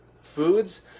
foods